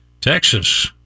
Texas